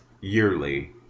yearly